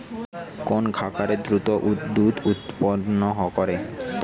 কোন খাকারে দ্রুত দুধ উৎপন্ন করে?